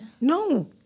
no